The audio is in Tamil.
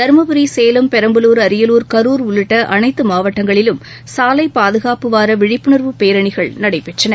தருமபுரி சேலம் பெரம்பலூர் அரியலூர் கரூர் உள்ளிட்ட அனைத்து மாவட்டங்களிலும் சாலை பாதுகாப்பு வார் விழிப்புணர்வு பேரணிகள் நடைபெற்றன